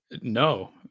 no